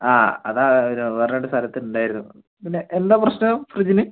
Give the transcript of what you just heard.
ആ അത് ആ ഒരു വേറെ രണ്ട് സ്ഥലത്ത് ഉണ്ടായിരുന്നു പിന്നെ എന്താ പ്രശ്നം ഫ്രിഡ്ജിന്